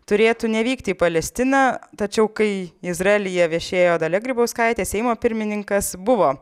turėtų nevykti į palestiną tačiau kai izraelyje viešėjo dalia grybauskaitė seimo pirmininkas buvo